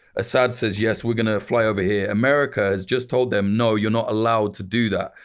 assad says, yes, we're going to fly over here. america has just told them, no, you're not allowed to do that.